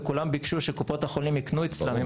וכולם ביקשו שקופות החולים יקנו אצלם.